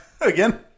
again